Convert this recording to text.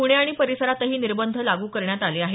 प्णे आणि परिसरातही निर्बंध लागू करण्यात आले आहेत